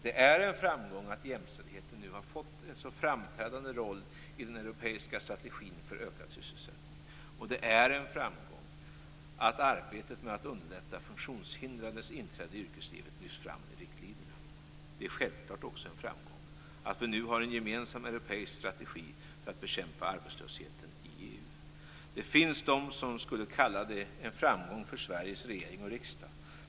Det är en framgång att jämställdheten nu har fått en så framträdande roll i den europeiska strategin för ökad sysselsättning. Det är en framgång att arbetet med att underlätta funktionshindrades inträde i yrkeslivet lyfts fram i riktlinjerna. Det är självklart också en framgång att vi nu har en gemensam europeisk strategi för att bekämpa arbetslösheten i EU. Det finns de som skulle kalla det en framgång för Sveriges regering och riksdag.